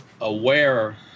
aware